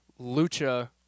Lucha